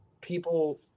people